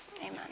Amen